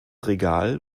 regal